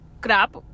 Crap